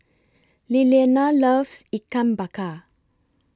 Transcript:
Lillianna loves Ikan Bakar